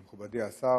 מכובדי השר,